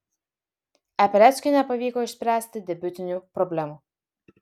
e pileckiui nepavyko išspręsti debiutinių problemų